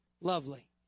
Lovely